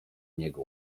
niego